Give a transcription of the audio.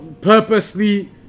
purposely